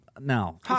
No